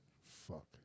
Fuck